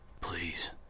Please